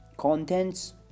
Contents